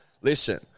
listen